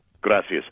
Gracias